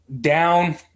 down